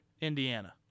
Indiana